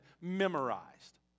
memorized